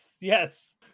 yes